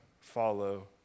follow